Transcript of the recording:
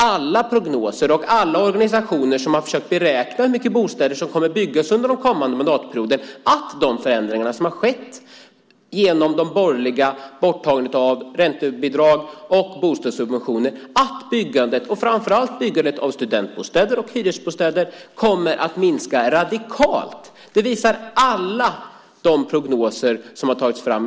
Alla prognoser från de organisationer som försökt beräkna hur många bostäder som kommer att byggas under den kommande mandatperioden visar att de förändringar som skett genom de borgerligas borttagandet av räntebidragen och bostadssubventionerna innebär att byggandet, framför allt av studentbostäder och hyresrätter, radikalt kommer att minska. Det visar alla de prognoser som i dag tagits fram.